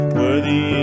worthy